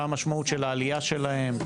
מה המשמעות של העלייה שלהם.